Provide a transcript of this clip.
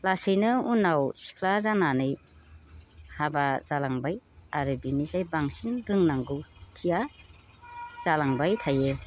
लासैनो उनाव सिख्ला जानानै हाबा जालांबाय आरो बेनिफ्राइ बांसिन रोंगौथिया जालांबाय थायो